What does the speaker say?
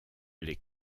les